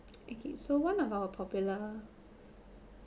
okay so one of our popular